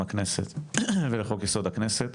הכנסת ולחוק יסוד הכנסת.